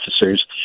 officers